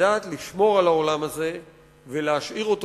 לדעת לשמור על העולם הזה ולהשאיר אותו